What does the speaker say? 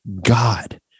God